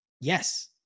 Yes